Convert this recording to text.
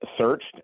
searched